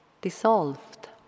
dissolved